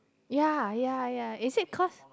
ya ya ya is it cause